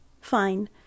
fine